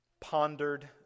pondered